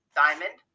diamond